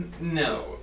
No